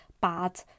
bad